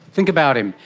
think about him.